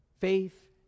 Faith